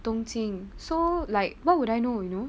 东京 so like what would I know you know